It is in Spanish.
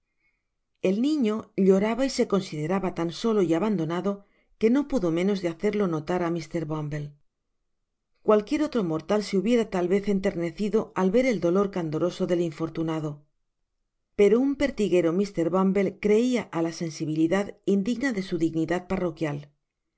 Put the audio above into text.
el niño lloraba y se consideraba tan solo y abandonado que no pudo menos de hacerlo notar á mr bumble cualquier otro mortal se hubiera tal vez enternecido al ver el dolor candoroso del infortunado pero un pertiguero mr bumble creia á la sensibilidad indigna de su dignidad parroquial el